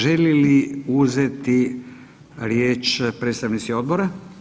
Želi li uzeti riječ predstavnici odbora?